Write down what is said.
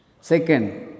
Second